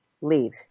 leave